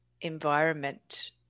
environment